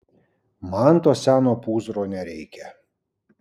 man to seno pūzro nereikia